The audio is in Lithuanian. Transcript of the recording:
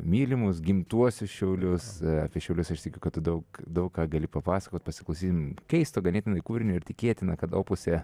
mylimus gimtuosius šiaulius apie šiaulius aš tikiu kad tu daug daug ką gali papasakot pasiklausykim keisto ganėtinai kūrinio ir tikėtina kad opuse